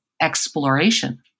exploration